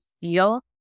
feel